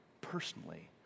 personally